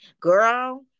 girl